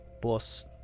boss